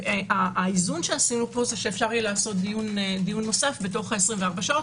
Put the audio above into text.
האיזון שעשינו פה שאפשר לעשות דיון נוסף בתוך ה-24 שעות,